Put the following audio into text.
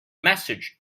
message